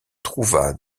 trouva